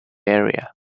area